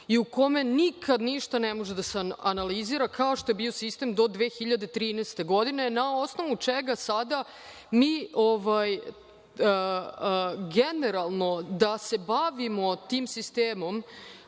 i u kome nikada ništa ne može da se analizira, kao što je bio sistem do 2013. godine, na osnovu čega sada mi generalno da se bavimo tim sistemom